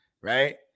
right